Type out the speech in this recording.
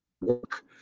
work